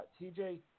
TJ